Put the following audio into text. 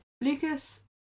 Lucas